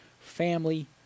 family